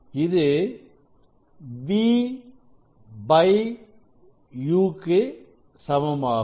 இதுvu இக்கு சமமாகும்